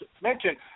mention